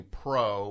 pro